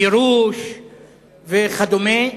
גירוש וכדומה,